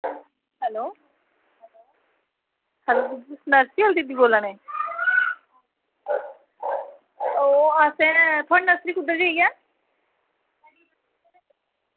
hello hello Sonakshi दीदी बोल्ला नें ओ असैं तुंदी नर्सरी कुद्धर जाईयै ऐ